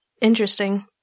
Interesting